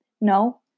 No